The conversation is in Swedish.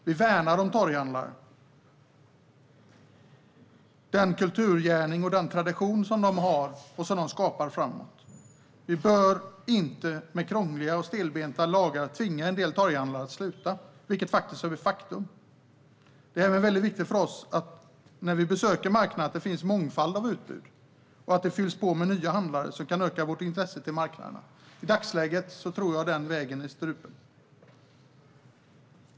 Vi värnar om torghandlare och den kulturgärning och den tradition som de skapar. Vi bör inte med krångliga och stelbenta lagar tvinga en del torghandlare att sluta, vilket faktiskt är ett faktum. Det är även viktigt för oss som besöker marknader att det finns en mångfald av utbud och att det fylls på med nya handlare som kan öka vårt intresse för marknaderna. I dagsläget tror jag att denna väg har strypts.